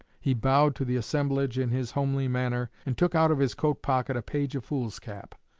he bowed to the assemblage in his homely manner, and took out of his coat pocket a page of foolscap.